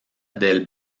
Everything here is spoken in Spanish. del